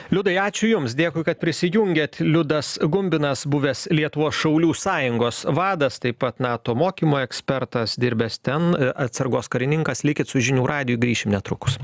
liudai ačiū jums dėkui kad prisijungėt liudas gumbinas buvęs lietuvos šaulių sąjungos vadas taip pat nato mokymo ekspertas dirbęs ten atsargos karininkas likit su žinių radiju grįšim netrukus